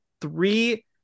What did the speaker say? three